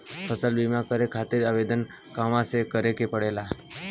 फसल बीमा करे खातिर आवेदन कहाँसे करे के पड़ेला?